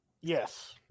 Yes